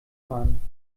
fahren